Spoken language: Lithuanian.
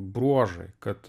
bruožai kad